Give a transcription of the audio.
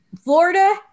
Florida